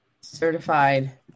Certified